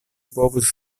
povus